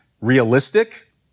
realistic